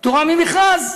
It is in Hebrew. פטורה ממכרז.